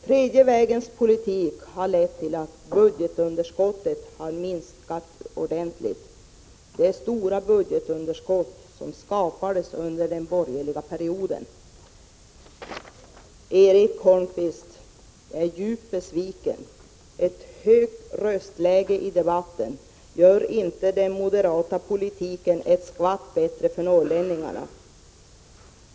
Tredje vägens politik har lett till att budgetunderskottet minskat ordentligt — det stora budgetunderskott som skapades under den borgerliga perioden. Erik Holmkvist är djupt besviken. Men ett högt röstläge i debatten gör inte den moderata politiken ett skvatt bättre för norrlänningarna.